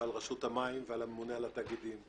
ועל רשות המים ועל הממונה על התאגידים.